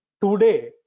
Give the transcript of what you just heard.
Today